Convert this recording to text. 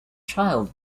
child